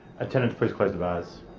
attendants, please close the bars.